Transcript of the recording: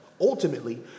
ultimately